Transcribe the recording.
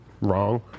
wrong